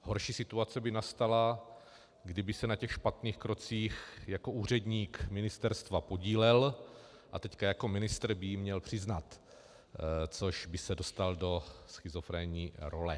Horší situace by nastala, kdyby se na těch špatných krocích jako úředník ministerstva podílel a teď jako ministr by ji měl přiznat, což by se dostal do schizofrenní role.